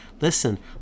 listen